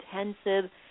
intensive